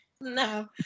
No